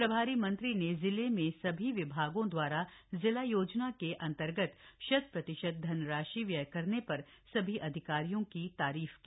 प्रभारी मंत्री ने जिले में सभी विभागों दवारा जिला योजना के अंतर्गत शत प्रतिशत धनराशि व्यय करने पर सभी अधिकारियों की तारीफ की